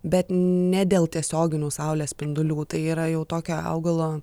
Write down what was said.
bet ne dėl tiesioginių saulės spindulių tai yra jau tokio augalo